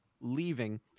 leaving